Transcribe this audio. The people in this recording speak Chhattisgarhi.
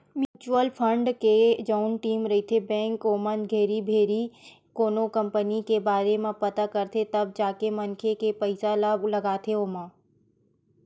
म्युचुअल फंड के जउन टीम रहिथे बेंक के ओमन घेरी भेरी कोनो कंपनी के बारे म पता करथे तब जाके मनखे के पइसा ल लगाथे ओमा